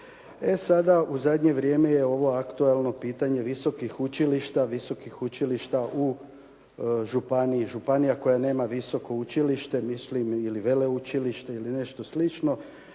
sada, u zadnje vrijeme je ovo aktualno pitanje visokih učilišta, visokih učilišta u županiji. Županija koja nema visoko učilište ili veleučilište ili nešto slično,